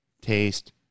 taste